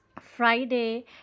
Friday